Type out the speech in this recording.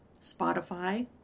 Spotify